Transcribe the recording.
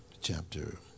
chapter